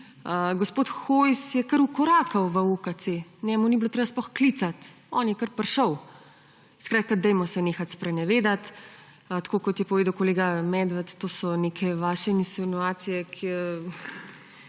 Gospod Hojs je kar vkorakal v OKC. Njemu ni bilo treba sploh klicati. On je kar prišel. Skratka, nehajmo se sprenevedati. Tako kot je povedal kolega Medved, to so neke vaše insinuacije, ko